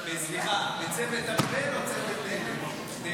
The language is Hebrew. סליחה, אתה מצוות ארבל או מצוות דרעי?